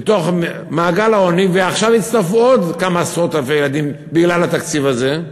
מעגל העוני ועכשיו יצטרפו עוד כמה עשרות אלפי ילדים בגלל התקציב הזה,